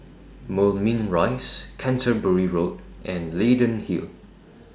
Moulmein Rise Canterbury Road and Leyden Hill